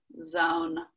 zone